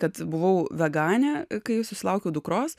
kad buvau veganė kai susilaukiau dukros